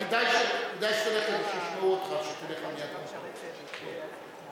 כדאי שתלך למיקרופון, כדי שישמעו אותך.